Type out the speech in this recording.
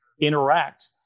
interact